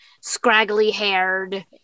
scraggly-haired